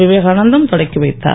விவேகானந்தம் தொடக்கி வைத்தார்